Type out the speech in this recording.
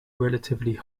relatively